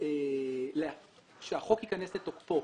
שלא יקום אחר